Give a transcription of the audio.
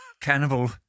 Cannibal